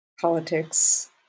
politics